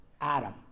Adam